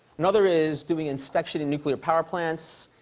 another is doing inspection in nuclear power plants.